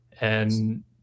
And-